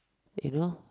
you know